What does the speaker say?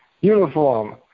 uniform